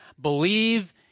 Believe